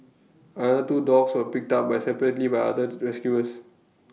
another two dogs were picked up by separately by other the rescuers